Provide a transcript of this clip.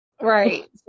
Right